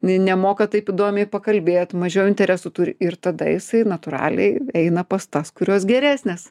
nemoka taip įdomiai pakalbėt mažiau interesų turi ir tada jisai natūraliai eina pas tas kurios geresnės